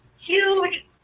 huge